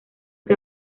que